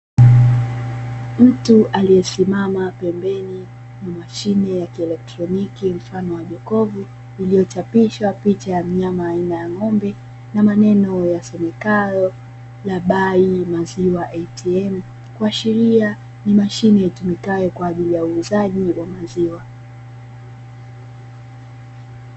Mtu aliyesimama pembeni ya mashine ya kielektroniki mfano wa jokofu, iliyochapishwa picha ya mnyama aina ya ng'ombe na maneno yasomekayo dabai maziwa "ATM", kuashiria ni mashine itumikayo kwa ajili ya uuzaji wa maziwa.